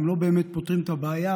הם לא באמת פותרים את הבעיה,